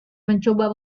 mencoba